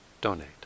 donate